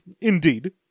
Indeed